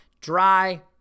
Dry